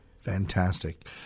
Fantastic